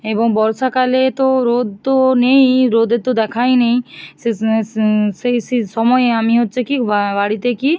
এবং বর্ষাকালে তো রোদ তো নেই রোদের তো দেখাই নেই শেষ মেস সেই সেই সময়ে আমি হচ্ছে কি বাড়িতে কি